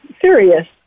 serious